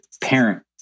parent